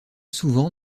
souvent